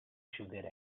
sugar